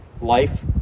life